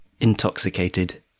Intoxicated